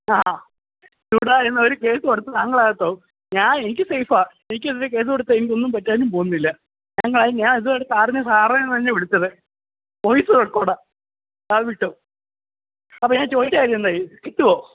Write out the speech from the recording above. ആ ചൂടാകുന്നവര് കേസ് കൊടുത്ത് താങ്കൾ അകത്താകും ഞാന് എനിക്ക് സേഫാണ് എനിക്കെതിരെ കേസ് കൊടുത്താൽ എനിക്ക് ഒന്നും പറ്റാനും പോകുന്നില്ല കാരണം ഞാന് ഇതുവരെ സാറിനെ സാറെന്ന് തന്നെയാണ് വിളിച്ചത് വോയിസ് റെക്കോർഡാണ് സാര് വിട്ടോളൂ അപ്പോള് ഞാന് ചോദിച്ച കാര്യം എന്തായി കിട്ടുമോ